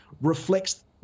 reflects